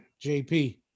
JP